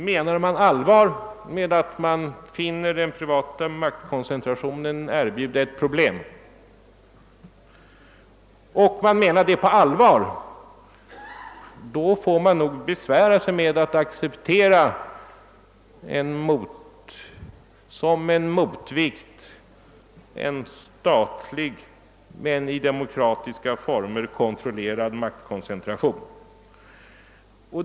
Menar man allvar med att man finner den privata maktkoncentrationen erbjuda ett problem, får man nog besvära sig med att som en motvikt acceptera en statlig men i demokratiska former kontrollerad maktkoncentration.